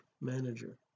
manager